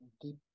deep